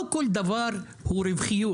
לא כל דבר הוא רווחיות.